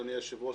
אדוני היושב-ראש,